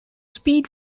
speed